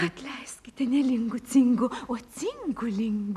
atleiskite ne lingu cingu o cingu lingu